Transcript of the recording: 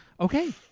okay